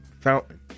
fountain